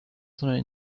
sondern